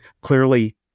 clearly